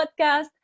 podcast